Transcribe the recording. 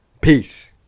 peace